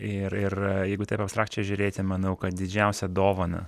ir ir jeigu taip abstrakčia žiūrėti manau kad didžiausą dovaną